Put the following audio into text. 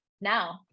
Now